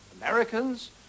Americans